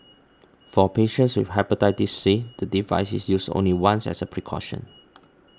for patients Hepatitis C the device is used only once as a precaution